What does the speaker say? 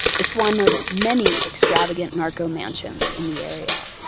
it's one of many extravagant narco mansions in the area.